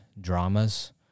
dramas